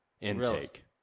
intake